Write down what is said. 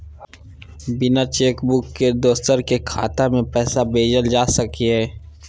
बिना cheque book के दोसर के खाता में पैसा भेजल जा सकै ये?